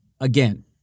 Again